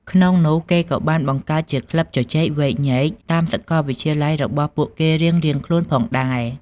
ក្នុងនោះ គេក៏បានបង្កើតជាក្លឹបជជែកវែកញែកតាមសកលវិទ្យាល័យរបស់ពួកគេរៀងៗខ្លួនផងដែរ។